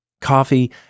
coffee